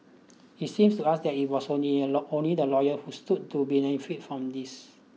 it seems to us that it was only only the lawyer who stood to benefit from this